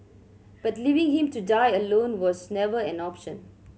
but leaving him to die alone was never an option